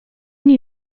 new